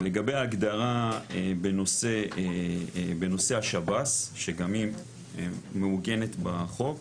לגבי ההגדרה בנושא השב"ס, שגם היא מעוגנת בחוק,